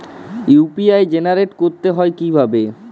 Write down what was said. UPI generate করতে হয় কিভাবে?